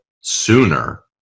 sooner